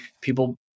people